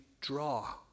draw